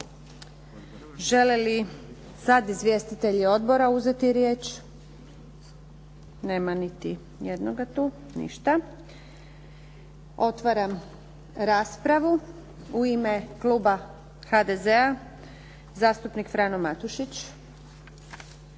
Žele li sad izvjestitelji odbora uzeti riječ? Nema niti jednoga tu. Ništa. Otvaram raspravu. U ime kluba HDZ-a, zastupnik Frano Matušić.